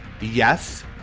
yes